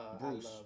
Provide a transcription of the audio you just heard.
Bruce